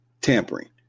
Tampering